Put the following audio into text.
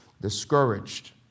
discouraged